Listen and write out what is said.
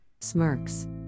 smirks